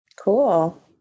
Cool